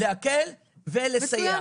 להקל ולסייע.